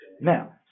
Now